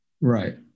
Right